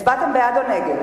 הצבעתם בעד או נגד?